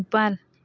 ꯅꯤꯄꯥꯟ